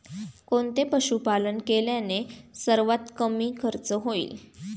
कोणते पशुपालन केल्याने सर्वात कमी खर्च होईल?